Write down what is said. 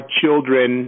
children –